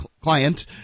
client